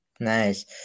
Nice